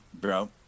Bro